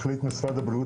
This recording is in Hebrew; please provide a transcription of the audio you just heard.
החליט משרד הבריאות,